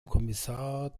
kommissar